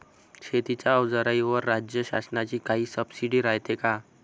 शेतीच्या अवजाराईवर राज्य शासनाची काई सबसीडी रायते का?